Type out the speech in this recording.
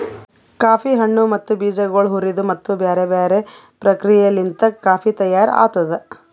coffee ಹಣ್ಣು ಮತ್ತ ಬೀಜಗೊಳ್ ಹುರಿದು ಮತ್ತ ಬ್ಯಾರೆ ಬ್ಯಾರೆ ಪ್ರಕ್ರಿಯೆಲಿಂತ್ ಕಾಫಿ ತೈಯಾರ್ ಆತ್ತುದ್